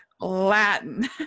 Latin